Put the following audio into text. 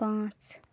پانٛژھ